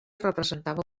representava